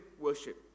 worship